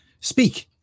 speak